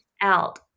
out